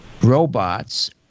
robots